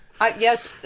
Yes